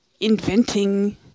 inventing